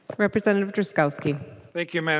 representative drazkowski thank you mme. and